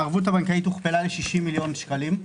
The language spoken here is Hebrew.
הערבות הבנקאית הוכפלה ל-60 מיליון שקלים.